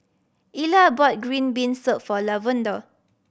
Ila bought green bean soup for Lavonda